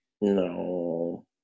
No